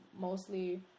mostly